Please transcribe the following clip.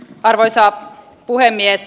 arvoisa puhemies